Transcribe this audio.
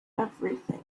everything